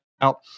out